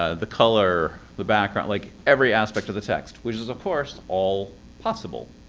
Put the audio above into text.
ah the color, the background. like, every aspect of the text. which is, of course, all possible.